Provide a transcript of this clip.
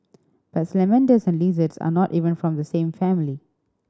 but salamanders and lizards are not even from the same family